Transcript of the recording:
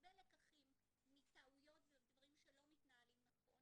הרבה לקחים מטעויות ודברים שלא מתנהלים נכון